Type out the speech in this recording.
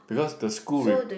because the school